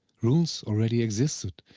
runes already existed,